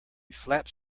flaps